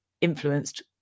influenced